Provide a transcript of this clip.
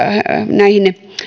näihin